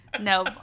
no